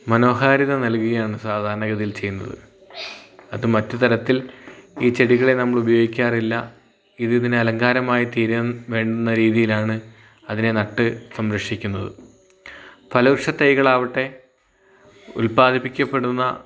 മനോഹാരിത നൽകുകയാണ് സാധാരണ ഗതിയിൽ ചെയ്യുന്നത് അത് മറ്റു തരത്തിൽ ഈ ചെടികളെ നമ്മല് ഉപയോഗിക്കാറില്ല ഇത് ഇതിന് അലങ്കാരമായി തീരാൻ വേണ്ടുന്ന രീതിയിലാണ് അതിനെ നട്ട് സംരക്ഷിക്കുന്നത് ഫലവൃക്ഷ തൈകൾ ആവട്ടെ ഉത്പാദിപ്പിക്കപ്പെടുന്ന